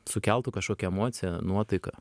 sukeltų kažkokią emociją nuotaiką